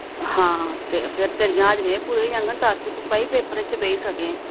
हां ते फिर तेरियां हाजरियां बी पूरियां होई जाङन तां कि तूं भाई पेपरें च बेही सकै